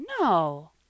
no